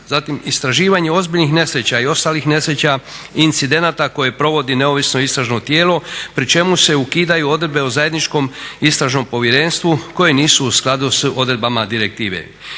Zatim istraživanje ozbiljnih nesreća i ostalih nesreća i incidenata koje provodi neovisno istražno tijelo pri čemu se ukidaju odredbe o zajedničkom istražnom povjerenstvu koje nisu u skladu s odredbama direktive.